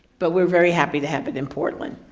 but we're very happy to happen in portland.